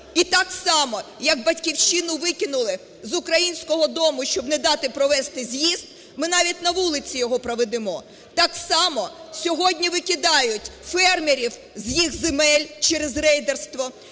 І так само, як "Батьківщину" викинули з "Українського дому", щоб не дати провести з'їзд, ми навіть на вулиці його проведемо, так само сьогодні викидають фермерів з їх земель через рейдерство,